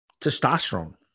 Testosterone